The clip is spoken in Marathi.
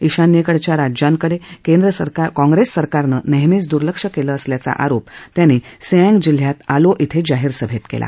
ईशान्येकडच्या राज्यांकडे कॉंग्रेस सरकारनं नेहमीच दुर्लक्ष केलं असल्याचा आरोप त्यांनी सिएंग जिल्ह्यात आलो इथं जाहीर समेत केला